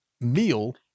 meal